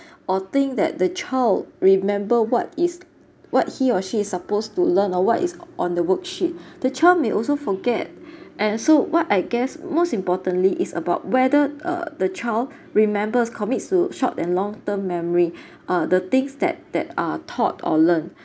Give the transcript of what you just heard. or think that the child remember what is what he or she is supposed to learn or what is on the worksheet the child may also forget and so what I guess most importantly is about whether uh the child remembers commits to short and long term memory uh the things that that are taught or learn